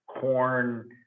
corn